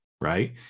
right